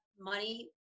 money